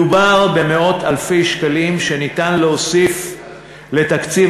מדובר במאות-אלפי שקלים שניתן להוסיף לתקציב